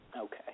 Okay